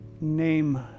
name